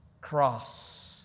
cross